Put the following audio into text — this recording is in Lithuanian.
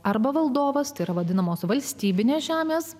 arba valdovas tėra vadinamos valstybinės žemės